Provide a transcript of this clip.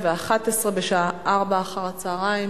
במכרזים של השירות הציבורי,